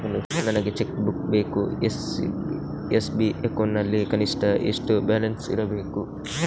ನನಗೆ cheque book ಬೇಕು SB account ನಲ್ಲಿ ಕನಿಷ್ಠ ಎಷ್ಟು ಬ್ಯಾಲೆನ್ಸ್ ಇರಬೇಕು?